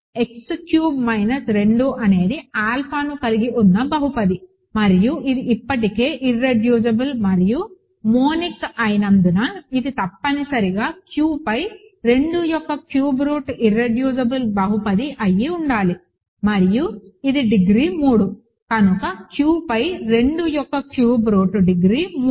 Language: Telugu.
x క్యూబ్డ్ మైనస్ 2 అనేది ఆల్ఫాను కలిగి ఉన్న బహుపది మరియు ఇది ఇప్పటికే ఇర్రెడ్యూసిబుల్ మరియు మోనిక్ అయినందున ఇది తప్పనిసరిగా Q పై 2 యొక్క క్యూబ్ రూట్ ఇర్రెడ్యూసిబుల్ బహుపది అయి ఉండాలి మరియు ఇది డిగ్రీ 3 కనుక Q పై 2 యొక్క క్యూబ్ రూట్ డిగ్రీ 3